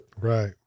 Right